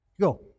go